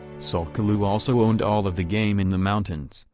tsul'kalu' also owned all of the game in the mountains,